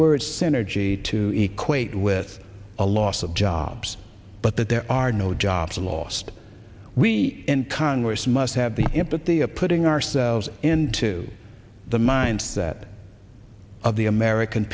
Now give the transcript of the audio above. word synergy to equate with a loss of jobs but that there are no jobs lost we in congress must have the empathy of putting ourselves into the mindset of the american